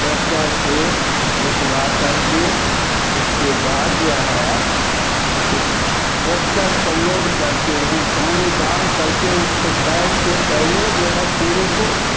tractor से जुतवा करके उसके बाद जो है उस ट्रैक्टर पर लोड करते हैं पानी डाल करके उसको पैर से पहले जो है पूरे को